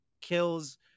kills